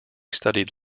studied